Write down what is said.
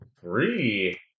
three